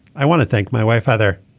i want to thank my wife heather